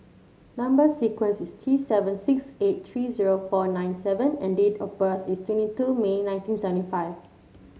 number sequence is T seven six eight three zero four nine seven and date of birth is twenty two May nineteen seventy five